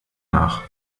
nach